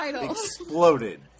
exploded